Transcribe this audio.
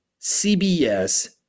CBS